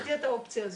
שתהיה את האופציה הזאת,